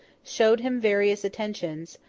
showed him various attentions,